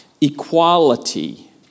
equality